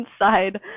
inside